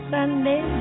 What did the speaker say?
Sunday